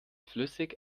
flüssig